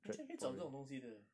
你去哪里找这种东西的